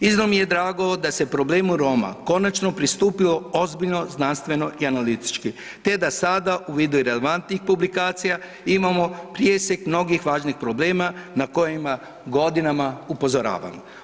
Iznimno mi je drago da se problemu Roma konačno pristupio ozbiljno, znanstveno i analitički te da sada u vidu relevantnih publikacija imamo presjek mnogih važnih problema na kojima godinama upozoravamo.